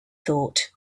thought